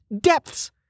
Depths